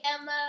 Emma